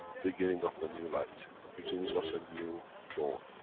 beginning of a new light. beginning of a new dawn.